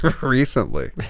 Recently